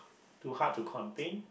too hard to contain